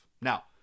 Now